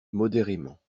modérément